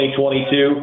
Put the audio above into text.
2022